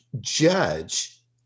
judge